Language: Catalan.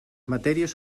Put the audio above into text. matèries